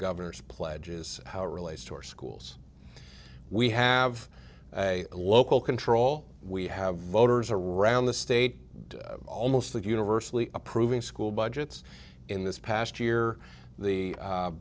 governor's pledge is how it relates to our schools we have a local control we have voters around the state almost universally approving school budgets in this past year the